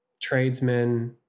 tradesmen